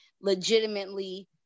legitimately